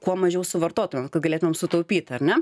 kuo mažiau suvartotumėm kad galėtumėm sutaupyt ar ne